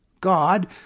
God